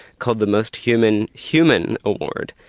called the most human human award,